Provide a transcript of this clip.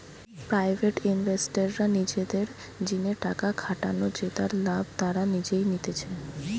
private ইনভেস্টররা নিজেদের জিনে টাকা খাটান জেতার লাভ তারা নিজেই নিতেছে